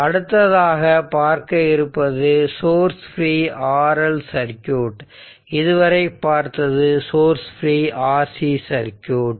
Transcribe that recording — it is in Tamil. அடுத்ததாக பார்க்கவிருப்பது சோர்ஸ் ஃப்ரீ RL சர்க்யூட் இதுவரை பார்த்தது சோர்ஸ் ஃப்ரீ RC சர்க்யூட்